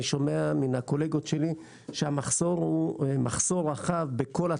שומע מהקולגות שלי שהמחסור הוא רחב בכל התחומים,